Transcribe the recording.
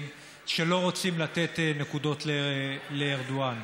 היה שלא רוצים לתת נקודות לארדואן.